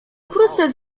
wkrótce